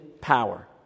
power